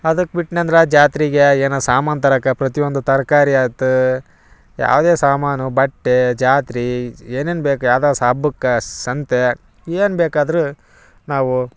ಅದಕ್ಕೆ ಬಿಟ್ನಂದ್ರೆ ಜಾತ್ರೆಗೆ ಏನೋ ಸಾಮಾನು ತರಕ್ಕೆ ಪ್ರತಿಯೊಂದು ತರ್ಕಾರಿ ಯಾತ್ ಯಾವುದೇ ಸಾಮಾನು ಬಟ್ಟೆ ಜಾತ್ರಿ ಏನೇನು ಬೇಕು ಯಾವುದೋ ಸ್ ಹಬ್ಬಕ್ಕೆ ಸಂತೆ ಏನು ಬೇಕಾದರು ನಾವು